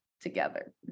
together